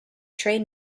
trade